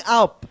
up